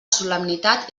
solemnitat